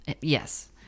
Yes